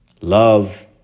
Love